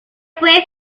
fue